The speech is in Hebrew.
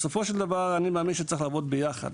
בסופו של דבר, אני מאמין שצריך לעבוד ביחד.